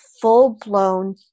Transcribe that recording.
full-blown